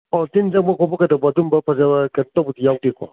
ꯑꯣ ꯇꯤꯟ ꯆꯪꯕ ꯈꯣꯠꯄ ꯀꯩꯗꯧꯕ ꯑꯗꯨꯝꯕ ꯐꯖꯕ ꯀꯩꯅꯣ ꯇꯧꯕꯗꯤ ꯌꯥꯎꯗꯦꯀꯣ